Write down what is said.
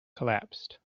collapsed